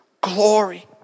glory